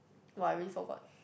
!wah! I really forgot